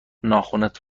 ناخنت